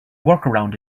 workaround